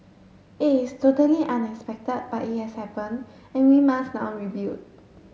it is totally unexpected but it has happened and we must now rebuild